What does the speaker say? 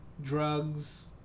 drugs